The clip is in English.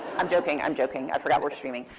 i'm joking. i'm joking. i forgot we're streaming.